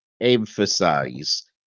emphasize